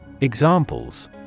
Examples